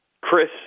Chris